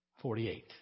forty-eight